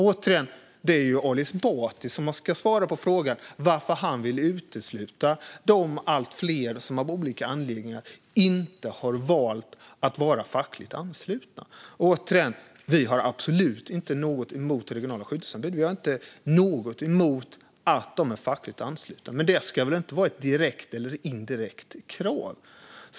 Återigen är det Ali Esbati som ska svara på frågan varför han vill utesluta de allt fler som av olika anledningar inte har valt att vara fackligt anslutna. Vi har absolut inte något emot regionala skyddsombud. Vi har inte något emot att de är fackligt anslutna, men det ska inte vara ett direkt eller indirekt krav.